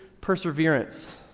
Perseverance